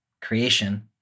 creation